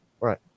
Right